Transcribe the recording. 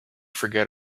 forget